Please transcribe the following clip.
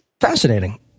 fascinating